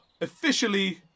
officially